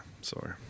sorry